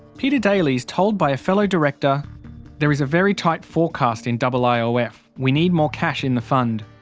peter daly is told by a fellow director there is a very tight forecast in but like iiof we need more cash in the fund.